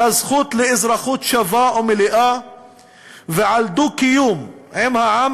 על הזכות לאזרחות שווה ומלאה ועל דו-קיום עם העם